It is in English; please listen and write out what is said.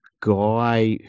guy